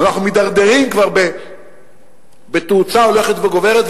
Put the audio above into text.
אנחנו מידרדרים בתאוצה הולכת וגוברת,